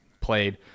played